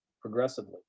progressively